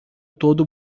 todo